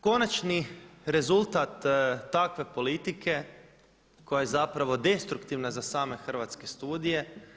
Konačni rezultat takve politike koja je zapravo destruktivna za same Hrvatske studije.